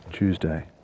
Tuesday